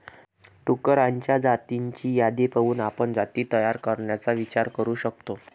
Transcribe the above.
डुक्करांच्या जातींची यादी पाहून आपण जाती तयार करण्याचा विचार करू शकतो